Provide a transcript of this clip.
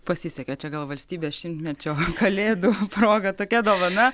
pasisekė čia gal valstybės šimtmečio kalėdų proga tokia dovana